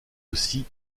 aussi